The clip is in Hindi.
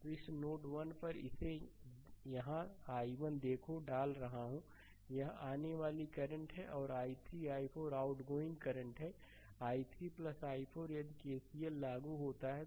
तो इस नोड 1 पर इसे यहाँ i1 देखो डाल रहा हूँ यह आने वाली करंट है और i3 i4 आउटगोइंग करंट हैं i3 i4 यदि के केसीएल लागू होता है